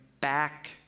back